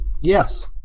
Yes